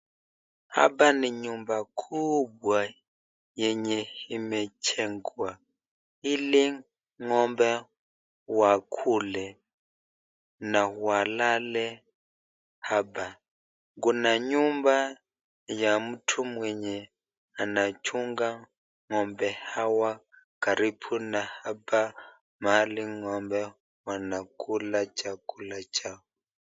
Hapa ni nyumba kubwa yenye imejengwa ili ng'ombe wakule na walale hapa. Kuna nyumba ya mtu mwenye anachunga ng'ombe hawa karibu na hapa mahali ng'ombe wanakula chakula chao.